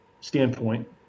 standpoint